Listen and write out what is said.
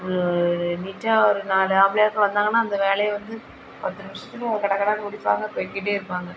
நீட்டாக ஒரு நாலு ஆம்பளையாட்கள் வந்தாங்கன்னால் அந்த வேலையை வந்து பத்து நிமிஷத்தில் கடகடன்னு முடிப்பாங்க போய்க்கிட்டே இருப்பாங்க